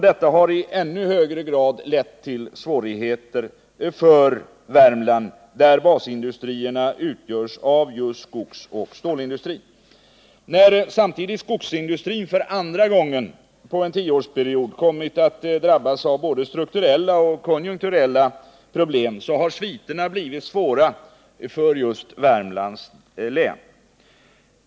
Detta har i ännu högre grad lett till svårigheter för Värmland, där basindustrierna utgörs av just skogsoch stålindustri. När samtidigt skogsindustrin för andra gången på en tioårsperiod kommit att drabbas av både strukturella och konjunkturella problem har sviterna blivit svåra för just Värmlands län.